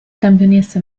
campionessa